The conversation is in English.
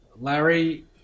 Larry